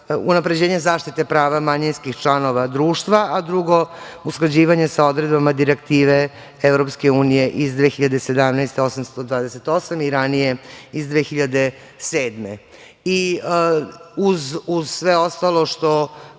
unapređenje zaštite prava manjinskih članova društva, a drugo usklađivanje sa odredbama Direktive Evropske unije iz 2017. godine 828 i ranije iz 2007, uz sve ostalo što